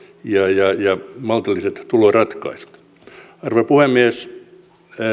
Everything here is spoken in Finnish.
ja ja maltilliset tuloratkaisut arvoisa puhemies